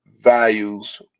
values